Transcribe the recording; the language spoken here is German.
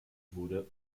wurde